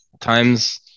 times